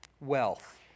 wealth